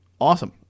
awesome